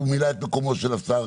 הוא מילא את מקומו של השר,